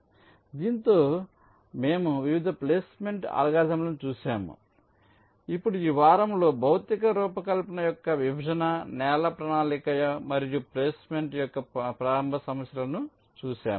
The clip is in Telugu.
కాబట్టి దీనితో మేము వివిధ ప్లేస్మెంట్ అల్గారిథమ్లను చూశాము ఇప్పుడు ఈ వారంలో భౌతిక రూపకల్పన యొక్క విభజన నేల ప్రణాళిక మరియు ప్లేస్మెంట్ యొక్క ప్రారంభ సమస్యలను చూశాము